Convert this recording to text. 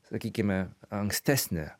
sakykime ankstesnė